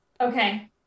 Okay